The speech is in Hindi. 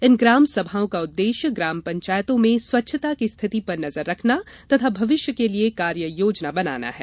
इन ग्राम सभाओं का उद्देश्य ग्राम पंचायतों में स्वच्छता की स्थिति पर नजर रखना तथा भविष्य के लिए कार्ययोजना बनाना है